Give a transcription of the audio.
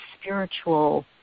spiritual